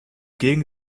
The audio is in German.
gegen